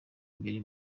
mbere